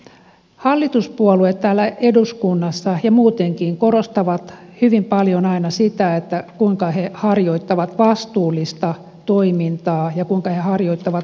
hallituspuolueet täällä eduskunnassa ja muutenkin korostavat hyvin paljon aina sitä kuinka he harjoittavat vastuullista toimintaa ja kuinka he harjoittavat vastuullista politiikkaa